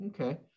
Okay